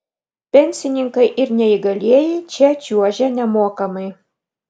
pensininkai ir neįgalieji čia čiuožia nemokamai